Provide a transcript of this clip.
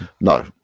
No